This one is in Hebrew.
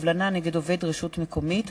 (קובלנה נגד עובד רשות מקומית),